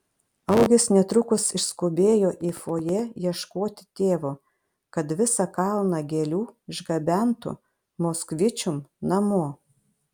augis netrukus išskubėjo į fojė ieškoti tėvo kad visą kalną gėlių išgabentų moskvičium namo